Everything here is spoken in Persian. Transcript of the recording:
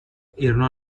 ایرنا